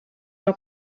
leur